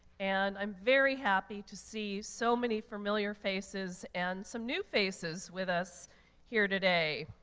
and i'm very happy to see so many familiar faces and some new faces with us here today.